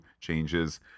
changes